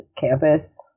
campus